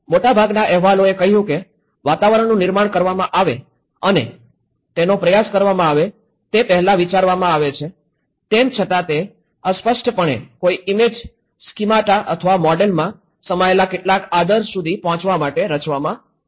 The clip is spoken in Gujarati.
મોટાભાગના અહેવાલોએ કહ્યું છે કે વાતાવરણનું નિર્માણ કરવામાં આવે અને તેનો પ્રયાસ કરવામાં આવે તે પહેલાં વિચારવામાં આવે છે તેમ છતાં તે અસ્પષ્ટપણે કોઈ ઇમેજ સ્કીમાટા અથવા મોડેલમાં સમાયેલ કેટલાક આદર્શ સુધી પહોંચવા માટે રચવામાં આવે છે